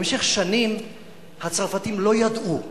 במשך שנים הצרפתים לא ידעו,